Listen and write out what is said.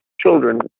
children